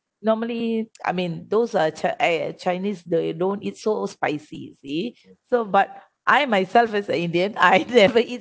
normally I mean those uh !aiya! chinese they don't eat so spicy you see so but I myself as a indian I never eat